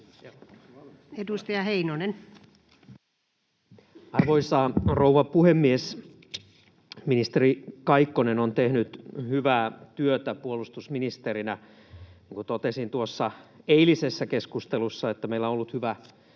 Edustaja Heinonen. Arvoisa rouva puhemies! Ministeri Kaikkonen on tehnyt hyvää työtä puolustusministerinä — niin kuin totesin eilisessä keskustelussa, että meillä on ollut hyvä